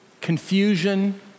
confusion